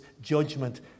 judgment